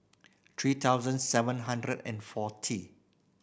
three thousand seven hundred and forty